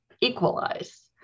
equalize